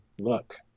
look